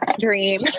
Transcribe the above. dream